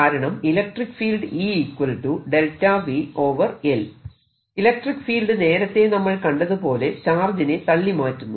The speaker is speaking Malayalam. കാരണം ഇലക്ട്രിക്ക് ഫീൽഡ് ഇലക്ട്രിക്ക് ഫീൽഡ് നേരത്തെ നമ്മൾ കണ്ടതുപോലെ ചാർജിനെ തള്ളി മാറ്റുന്നു